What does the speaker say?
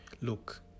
look